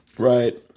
Right